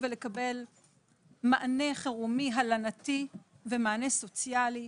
ולקבל מענה חירומי הלנתי ומענה סוציאלי.